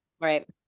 Right